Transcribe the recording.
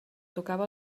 tocava